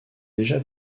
déjà